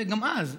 גם אז,